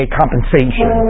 compensation